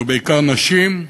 אנשים, ובעיקר נשים,